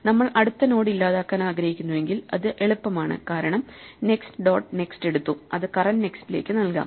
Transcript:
നമ്മൾ അടുത്ത നോഡ് ഇല്ലാതാക്കാൻ ആഗ്രഹിക്കുന്നുവെങ്കിൽ അത് എളുപ്പമാണ് കാരണം നെക്സ്റ്റ് ഡോട്ട് നെക്സ്റ്റ് എടുത്തു അത് കറന്റ് നെക്സ്റ്റിലേക്ക് നൽകാം